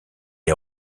est